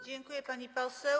Dziękuję, pani poseł.